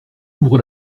ouvre